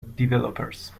developers